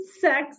sex